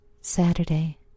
Saturday